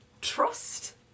Trust